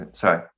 sorry